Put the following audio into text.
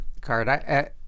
card